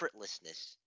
effortlessness